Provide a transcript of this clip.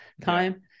time